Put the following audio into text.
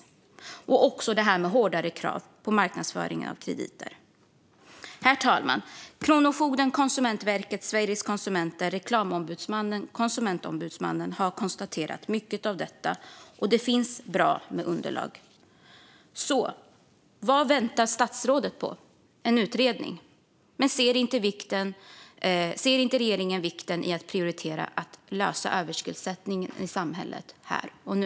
Det handlar också om hårdare krav på marknadsföringen av krediter. Herr talman! Kronofogden, Konsumentverket, Sveriges Konsumenter, Reklamombudsmannen och Konsumentombudsmannen har konstaterat mycket av detta, och det finns bra med underlag. Så vad väntar statsrådet på? En utredning. Ser inte regeringen vikten av att prioritera att lösa överskuldsättningen i samhället här och nu?